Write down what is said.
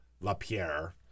LaPierre